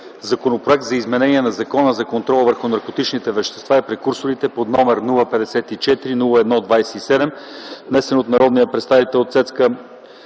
Законопроект за изменение на Закона за контрол върху наркотичните вещества и прекурсорите, № 054-01-27, внесен от народния представител Цецка